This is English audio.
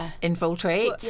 infiltrate